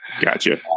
Gotcha